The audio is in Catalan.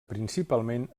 principalment